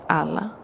alla